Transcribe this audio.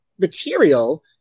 material